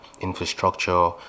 infrastructure